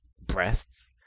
breasts